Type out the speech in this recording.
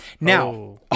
Now